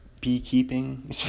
beekeeping